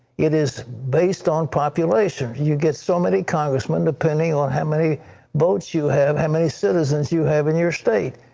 it is based on population. you get so many congressmen depending upon how many votes you have, how many citizens you have in your state.